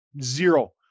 Zero